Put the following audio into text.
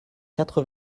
quatre